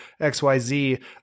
XYZ